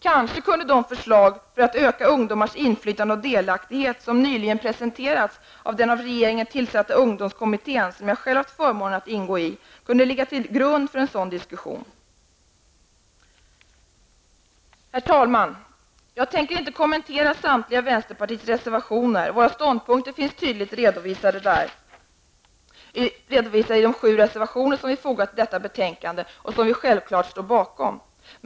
Kanske kunde de förslag för att öka ungdomars inflytande och delaktighet som nyligen presenterats av den av regeringen tillsatta ungdomskommittén, där jag själv haft förmånen att ingå, ligga till grund för en sådan diskussion. Herr talman! Jag tänker inte kommentera vänsterpartiets samtliga reservationer. Våra ståndpunkter finns tydligt redovisade i de 7 reservationer som har fogats till detta betänkande och som vi självfallet står bakom.